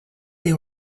they